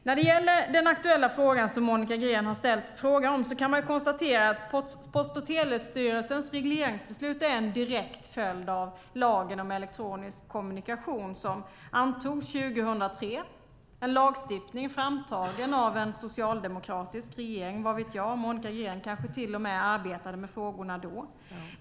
När det gäller den aktuella frågan från Monica Green kan man konstatera att Post och telestyrelsens regleringsbeslut är en direkt följd av lagen om elektronisk kommunikation som antogs 2003, en lagstiftning framtagen av en socialdemokratisk regering. Vad vet jag - Monica Green kanske till och med arbetade med frågorna då.